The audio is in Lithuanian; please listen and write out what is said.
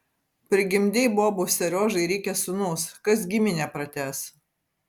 prigimdei bobų seriožai reikia sūnaus kas giminę pratęs